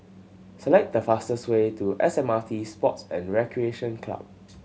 select the fastest way to S M R T Sports and Recreation Club